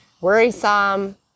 worrisome